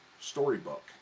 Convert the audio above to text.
Storybook